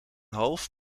half